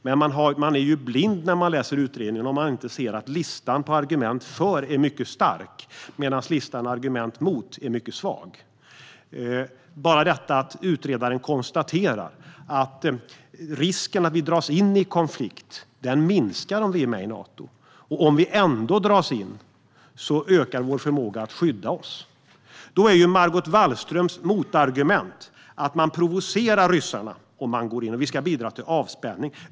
Men man är blind om man inte ser att listan på argument för är mycket stark medan listan med argument mot är mycket svag. Utredaren konstaterar att risken för att vi dras in i en konflikt minskar om vi är med i Nato. Och om vi ändå dras in ökar vår förmåga att skydda oss. Då är Margot Wallströms motargument att man provocerar ryssarna om man går med och att vi ska bidra till avspänning.